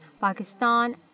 Pakistan